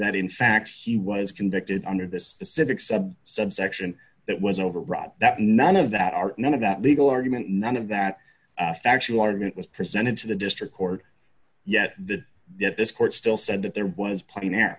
that in fact he was convicted under this pacific sub sub section that was overwrought that none of that are none of that legal argument none of that factual argument was presented to the district court yet the this court still said that there was plenty now